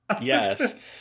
Yes